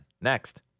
next